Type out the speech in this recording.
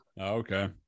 Okay